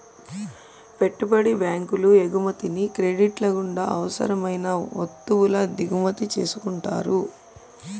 పెట్టుబడి బ్యాంకులు ఎగుమతిని క్రెడిట్ల గుండా అవసరం అయిన వత్తువుల దిగుమతి చేసుకుంటారు